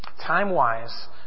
Time-wise